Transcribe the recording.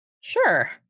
Sure